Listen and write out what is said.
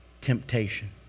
temptation